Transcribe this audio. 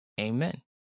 Amen